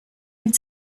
had